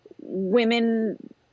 women